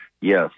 Yes